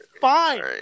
fine